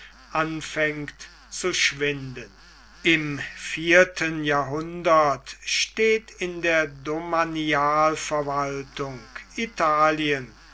anfängt zu schwinden im vierten jahrhundert steht in der domanialverwaltung italien